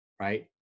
right